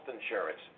insurance